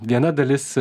viena dalis